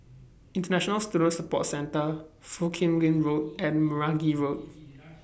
International Student Support Centre Foo Kim Lin Road and Meragi Road